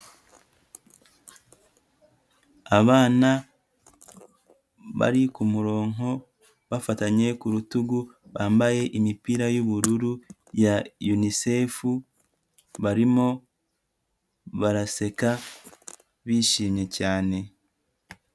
Abana bari ku murongo bafatanye ku rutugu, bambaye imipira y'ubururu ya unicef. Barimo baraseka bishimye cyane.